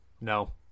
No